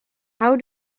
how